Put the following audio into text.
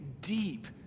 deep